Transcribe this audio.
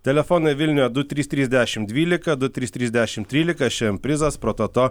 telefonai vilniuje du trys trys dešimt dvylika du trys trys dešimt trylika šiandien prizas prototo